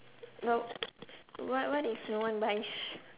nope what what if no one buys